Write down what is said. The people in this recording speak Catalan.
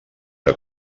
que